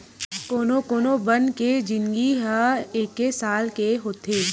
कोनो कोनो बन के जिनगी ह एके साल के होथे